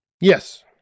yes